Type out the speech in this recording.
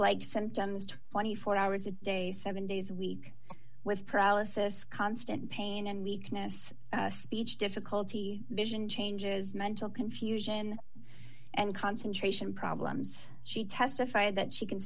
like symptoms twenty four hours a day seven days a week with paralysis constant pain and weakness speech difficulty vision changes mental confusion and concentration problems she testify that she can